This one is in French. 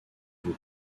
vous